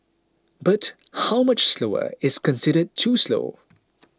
but how much slower is considered too slow